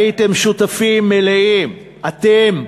הייתם שותפים מלאים, אתם,